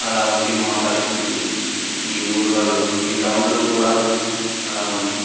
అలా ఉంది మా పరిస్థితి ఈ ఊళ్ళల్లో ఈ టౌన్లో కూడా అలా ఉంది